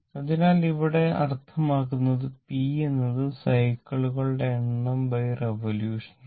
അതിനാൽ ഇവിടെ അർത്ഥമാക്കുന്നത് p എന്നത് സൈക്കിളികളുടെ എണ്ണംറിവൊല്യൂഷൻ ആണ്